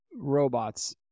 robots